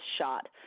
shot